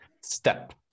step